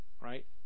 right